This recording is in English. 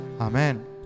Amen